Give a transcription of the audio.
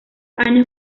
años